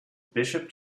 bishop